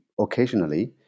occasionally